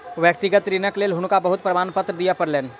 व्यक्तिगत ऋणक लेल हुनका बहुत प्रमाणपत्र दिअ पड़लैन